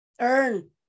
earn